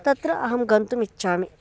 तत्र अहं गन्तुम् इच्छामि